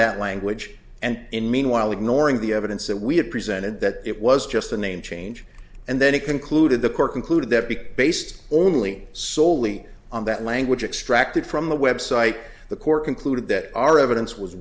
that language and meanwhile ignoring the evidence that we have presented that it was just a name change and then it concluded the court concluded that big based only soley on that language extracted from the website the court concluded that our evidence was